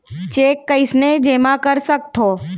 Cheque कईसने जेमा कर सकथो?